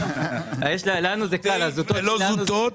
לנו זה קל, הזוטות שלנו זה --- לא זוטות,